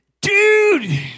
dude